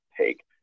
take